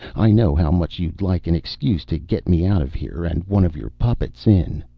i know how much you'd like an excuse to get me out of here and one of your puppets in.